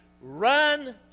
Run